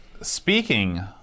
Speaking